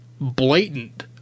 blatant